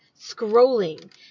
scrolling